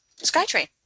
Skytrain